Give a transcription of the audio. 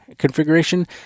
configuration